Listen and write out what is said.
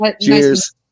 Cheers